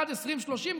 עד 2030,